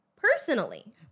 personally